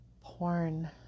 porn